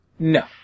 No